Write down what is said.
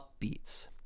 upbeats